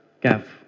Gav